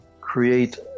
create